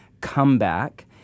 comeback